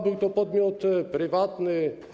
Był to podmiot prywatny.